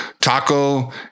Taco